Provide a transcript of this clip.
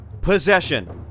possession